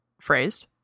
phrased